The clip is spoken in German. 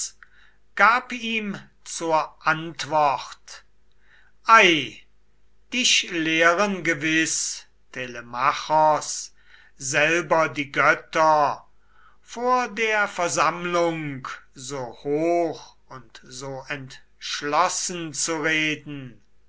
gab ihm zur antwort ei dich lehren gewiß telemachos selber die götter vor der versammlung so hoch und so entschlossen zu reden